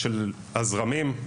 של הזרמים,